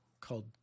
called